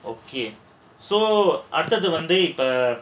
okay so அடுத்து வந்து இப்ப:aduthu vandhu ippo